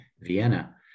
vienna